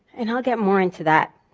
and i'll get more into that.